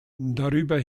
darüber